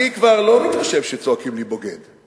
אני כבר לא מתרשם כשצועקים לי "בוגד".